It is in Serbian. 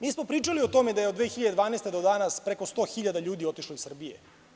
Mi smo pričali o tome da je od 2012. godine do danas preko 100 hiljada ljudi otišlo iz Srbije.